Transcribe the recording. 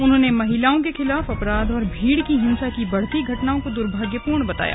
उन्होंने महिलाओँ के खिलाफ अपराध और भीड़ की हिंसा की बढ़ती घटनाओं को दुर्भाग्यपूर्ण बताया